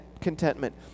contentment